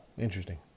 Interesting